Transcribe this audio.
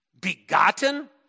Begotten